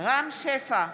רם שפע,